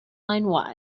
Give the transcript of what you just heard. line